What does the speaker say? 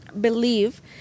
believe